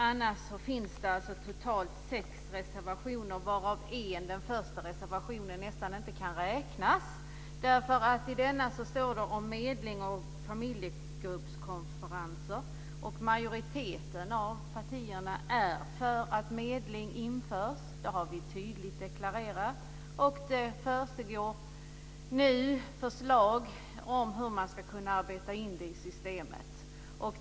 Annars finns det totalt sex reservationer, varav en - den första reservationen - nästan inte kan räknas därför att det i denna står om medling och familjegruppskonferenser. Majoriteten av partierna är för att medling införs. Det har vi tydligt deklarerat. Det förekommer nu förslag om hur man ska kunna arbeta in det i systemet.